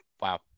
Wow